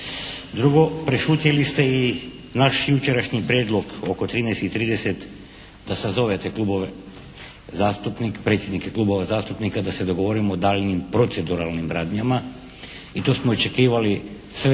Drugo, prešutjeli ste i naš jučerašnji prijedlog oko 13,30 da sazovete predsjednike klubova zastupnika da se dogovorimo o daljnjim proceduralnim radnjama i to smo očekivali sve